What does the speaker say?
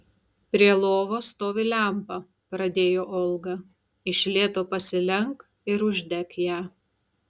prie lovos stovi lempa pradėjo olga iš lėto pasilenk ir uždek ją